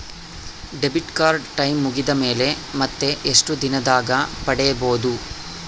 Debit card time ಮುಗಿದ ಮೇಲೆ ಮತ್ತೆ ಎಷ್ಟು ದಿನದಾಗ ಪಡೇಬೋದು?